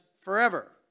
forever